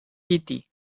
piti